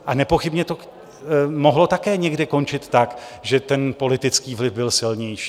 A nepochybně to mohlo také někdy končit tak, že politický vliv byl silnější.